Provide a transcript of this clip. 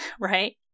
right